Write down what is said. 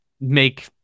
make